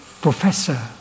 professor